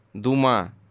duma